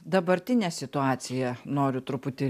dabartinę situaciją noriu truputį